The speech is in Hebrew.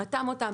רתם אותם,